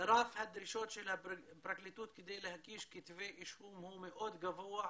רף הדרישות של הפרקליטות כדי להגיש כתבי אישום הוא מאוד גבוה,